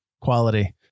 Quality